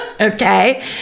Okay